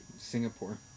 Singapore